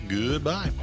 goodbye